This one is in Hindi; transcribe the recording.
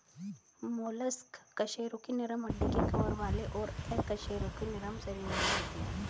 मोलस्क कशेरुकी नरम हड्डी के कवर वाले और अकशेरुकी नरम शरीर वाले होते हैं